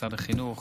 במשרד החינוך